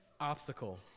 obstacle